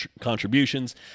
contributions